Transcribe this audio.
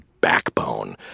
backbone